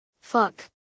Fuck